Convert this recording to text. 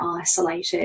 isolated